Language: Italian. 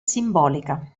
simbolica